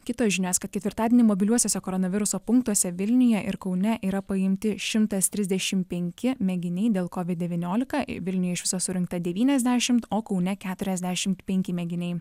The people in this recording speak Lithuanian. kitos žinios kad ketvirtadienį mobiliuosiuose koronaviruso punktuose vilniuje ir kaune yra paimti šimtas trisdešim penki mėginiai dėl covid devyniolika vilniuj iš viso surinkta devyniasdešimt o kaune keturiasdešimt penki mėginiai